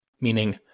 meaning